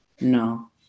no